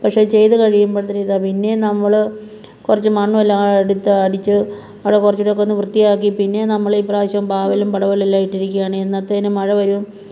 പക്ഷേ ചെയ്ത് കഴിയുമ്പഴ്ത്തേനിതാ പിന്നേം നമ്മൾ കുറച്ച് മണ്ണുവെല്ലാം എടുത്ത് അടിച്ച് അവിടെ കുറച്ചൂടിയൊക്കെ ഒന്ന് വൃത്തിയാക്കി പിന്നേം നമ്മൾ ഇപ്രാവശ്യം പാവലും പടവലോം എല്ലാം ഇട്ടിരിക്കുകയാണ് എന്നത്തേന് മഴവരും